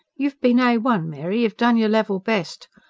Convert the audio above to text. you've been a one, mary you've done your level best.